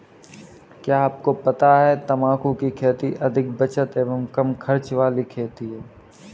क्या आपको पता है तम्बाकू की खेती अधिक बचत एवं कम खर्च वाली खेती है?